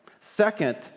Second